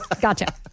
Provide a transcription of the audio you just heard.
Gotcha